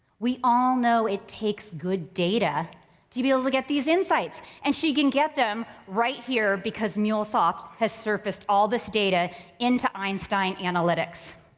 we all know it takes good data to be able to look at these insights. and she can get them right here because mulesoft has surfaced all this data into einstein analytics.